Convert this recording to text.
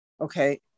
Okay